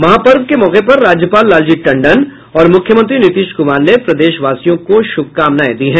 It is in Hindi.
महापर्व के मौके पर राज्यपाल लालजी टंडन और मुख्यमंत्री नीतीश कुमार ने प्रदेशवासियों को शुभकामनाएं दी हैं